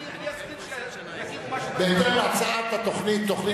אני אסכים שיקימו משהו באמצע הרחוב?